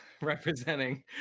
Representing